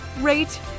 rate